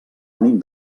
ànim